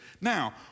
Now